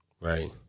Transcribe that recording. Right